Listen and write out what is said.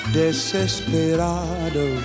desesperado